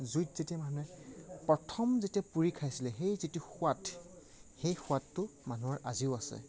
জুইত যেতিয়া মানুহে প্ৰথম যেতিয়া পুৰি খাইছিলে সেই যিটো সোৱাদ সেই সোৱাদটো মানুহৰ আজিও আছে